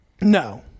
No